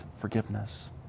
forgiveness